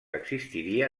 existiria